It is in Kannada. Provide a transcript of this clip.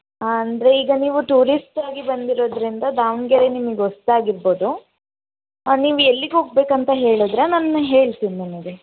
ಹಾಂ ಅಂದರೆ ಈಗ ನೀವು ಟೂರಿಸ್ಟಾಗಿ ಬಂದಿರೋದ್ರಿಂದ ದಾವಣಗೆರೆ ನಿಮಗೆ ಹೊಸ್ದಾಗಿರ್ಬೋದು ನೀವು ಎಲ್ಲಿಗೆ ಹೋಗಬೇಕು ಅಂತ ಹೇಳಿದರೆ ನಾನು ಹೇಳ್ತೀನಿ ನಿಮಗೆ